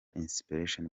inspiration